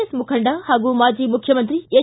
S ಮುಖಂಡ ಹಾಗೂ ಮಾಜಿ ಮುಖ್ಚಮಂತ್ರಿ ಎಚ್